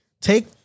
take